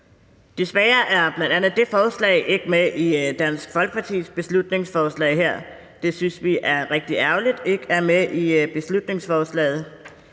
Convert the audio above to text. Desværre er bl.a. det forslag ikke med i Dansk Folkepartis beslutningsforslag her. Det synes vi er rigtig ærgerligt ikke er med i beslutningsforslaget.